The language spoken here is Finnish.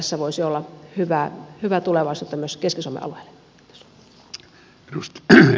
tässä voisi olla hyvää tulevaisuutta myös keski suomen alueelle